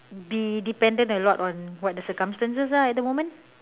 be dependent a lot on what the circumstances are at the moment